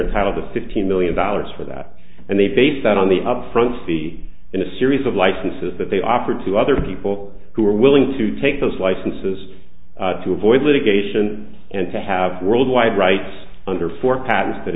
entitled to fifteen million dollars for that and they base that on the upfront fee in a series of licenses that they offer to other people who are willing to take those licenses to avoid litigation and to have worldwide rights under fo